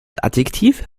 adjektiv